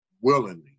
willingly